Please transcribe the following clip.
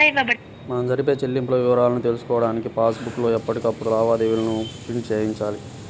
మనం జరిపే చెల్లింపుల వివరాలను తెలుసుకోడానికి పాస్ బుక్ లో ఎప్పటికప్పుడు లావాదేవీలను ప్రింట్ చేయించాలి